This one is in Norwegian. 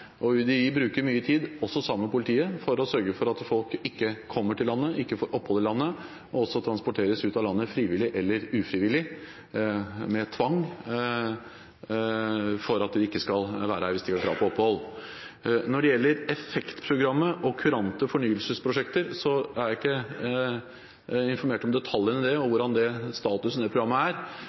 bruker mye tid – også sammen med politiet – på å sørge for at folk ikke kommer til landet, ikke får opphold i landet og også transporteres ut av landet frivillig eller ufrivillig, med tvang, for at de ikke skal være her hvis de ikke har krav på opphold. Når det gjelder EFFEKT-programmet og kurante fornyelsesprosjekter, er jeg ikke informert om detaljene i det og hvordan statusen i det programmet er,